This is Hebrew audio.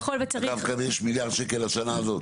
גם כאן יש מיליארד שקל לשנה הזאת.